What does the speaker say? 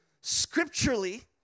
scripturally